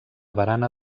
barana